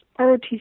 ROTC